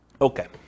Okay